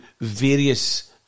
various